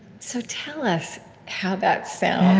so tell us how that sounds.